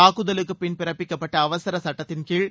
தாக்குதலுக்குபின் பிறப்பிக்கப்பட்ட அவசர சுட்டத்தின்கீழ்